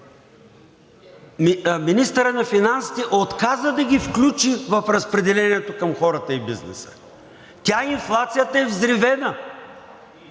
министърът на финансите отказа да ги включи в разпределението към хората и бизнеса. Тя, инфлацията, е взривена